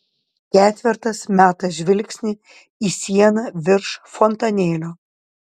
ketvertas meta žvilgsnį į sieną virš fontanėlio